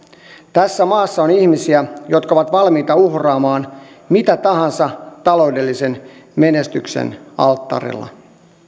tässä maassa on ihmisiä jotka ovat valmiita uhraamaan mitä tahansa taloudellisen menestyksen alttarilla